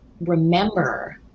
remember